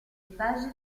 page